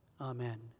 Amen